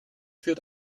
führt